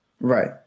right